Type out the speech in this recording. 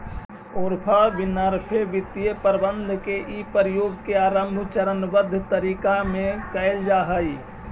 Oprah Winfrey वित्तीय प्रबंधन के इ प्रयोग के आरंभ चरणबद्ध तरीका में कैइल जा हई